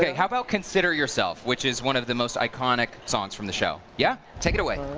how about consider yourself, which is one of the most iconic songs from the show. yeah take it away